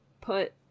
put